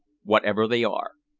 whatever they are.